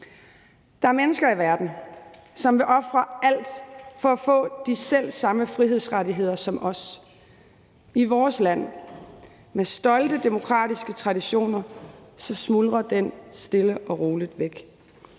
Der er mennesker i verden, som vil ofre alt for at få de selv samme frihedsrettigheder som os. I vores land med stolte demokratiske traditioner smuldrer den stille og roligt væk,